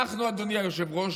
אנחנו, אדוני היושב-ראש,